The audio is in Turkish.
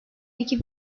iki